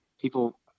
people